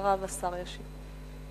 ולאחריו השר ישיב.